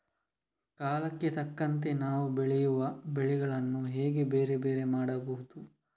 ಕಾಲಕ್ಕೆ ತಕ್ಕಂತೆ ನಾವು ಬೆಳೆಯುವ ಬೆಳೆಗಳನ್ನು ಹೇಗೆ ಬೇರೆ ಬೇರೆ ಮಾಡಬಹುದು?